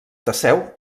teseu